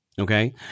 okay